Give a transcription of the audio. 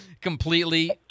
Completely